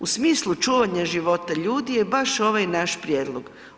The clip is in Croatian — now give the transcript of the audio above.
U smislu čuvanja života ljudi je baš ovaj naš prijedlog.